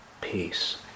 peace